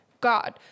God